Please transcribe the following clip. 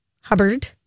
Hubbard